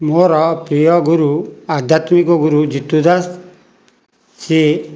ମୋର ପ୍ରିୟ ଗୁରୁ ଆଧ୍ୟାତ୍ମିକ ଗୁରୁ ଜିତୁ ଦାସ ସିଏ